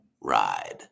ride